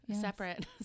separate